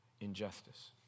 injustice